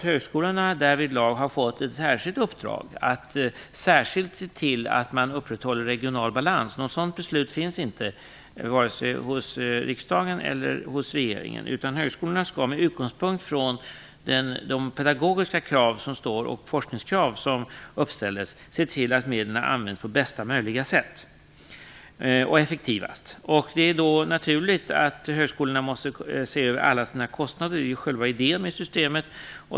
Högskolorna har därvidlag inte fått ett särskilt uppdrag att speciellt se till att de upprätthåller en regional balans. Något sådant beslut finns inte hos vare sig riksdagen eller regeringen. Högskolorna skall med utgångspunkt från de pedagogiska krav och forskningskrav som uppställs se till att medlen används på det bästa och mest effektiva sättet. Då är det naturligt att högskolorna måste se över alla sina kostnader. Det är själva idén med systemet.